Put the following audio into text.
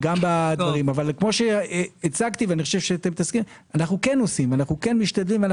כפי שהצגתי, אנו כן עושים, כן משתדלים.